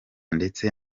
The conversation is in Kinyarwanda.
ndetse